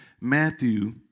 Matthew